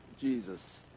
Jesus